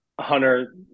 Hunter